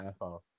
iphone